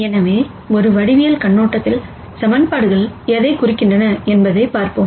எனவே ஒரு ஜாமெட்ரிக் கண்ணோட்டத்தில் ஈக்குவேஷன் எதைக் குறிக்கின்றன என்பதைப் பார்ப்போம்